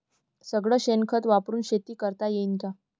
सगळं शेन खत वापरुन शेती करता येईन का?